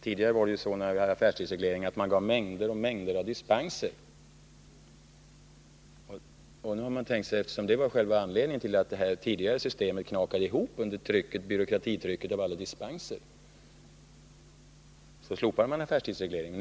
Tidigare, när man hade affärstidsreglering, var det ju så att man gav mängder av dispenser, men eftersom det tidigare systemet brakade ihop under byråkratitrycket av alla dispenser, slopade man affärstidsregleringen.